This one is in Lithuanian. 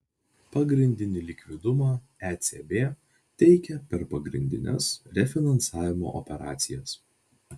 pagrindinį likvidumą ecb teikia per pagrindines refinansavimo operacijas